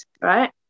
right